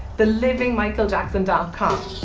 the living michael jackson da costa.